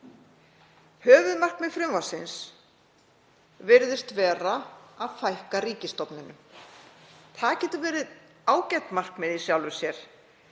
Höfuðmarkmið frumvarpsins virðist vera að fækka ríkisstofnunum. Það getur verið ágætt markmið í sjálfu sér